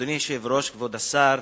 אדוני היושב-ראש, כבוד השר,